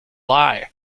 lai